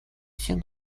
все